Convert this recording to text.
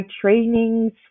trainings